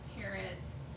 parents